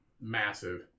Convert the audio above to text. massive